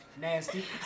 nasty